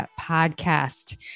Podcast